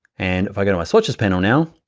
and if i go to my switches panel now,